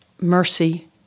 mercy